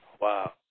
Wow